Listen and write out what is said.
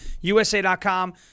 USA.com